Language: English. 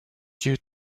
due